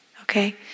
okay